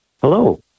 Hello